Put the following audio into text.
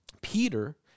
Peter